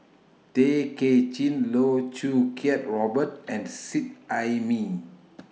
Tay Kay Chin Loh Choo Kiat Robert and Seet Ai Mee